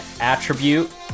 attribute